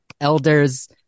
elders